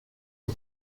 the